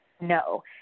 no